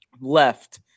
left